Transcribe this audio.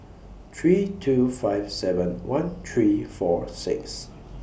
three two five seven one three four six